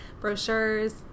brochures